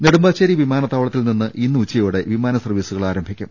നെടുമ്പാശ്ശേരി വിമാനത്താവളത്തിൽനിന്നും ഇന്ന് ഉച്ചയോടെ വിമാന സർവ്വീസ് ആരംഭിക്കും